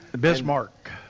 Bismarck